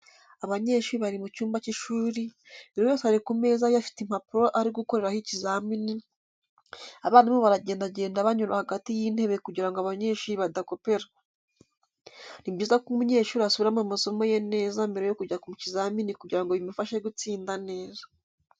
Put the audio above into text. Abanyeshuri bari mu cyumba cy'ishuri, buri wese ari ku meza ye afite impapuro ari gukoreraho ikizamini, abarimu baragendagenda banyura hagati y'intebe kugira ngo abanyeshuri badakopera. Ni byiza ko umunyeshuri asubiramo amasomo ye neza mbere yo kujya mu kizamini kugira ngo bimufashe gutsinda neza.